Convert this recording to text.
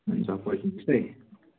हुन्छ पर्खिनु होस् है